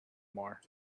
more